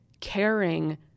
caring